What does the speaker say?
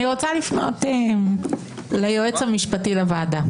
אני רוצה לפנות ליועץ המשפטי לוועדה,